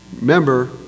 remember